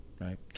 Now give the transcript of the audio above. right